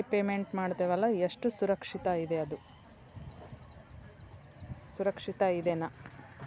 ಈ UPI payment ಮಾಡ್ತೇವಿ ಅಲ್ರಿ ಸಾರ್ ಅದು ಸುರಕ್ಷಿತ್ ಐತ್ ಏನ್ರಿ?